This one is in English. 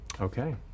Okay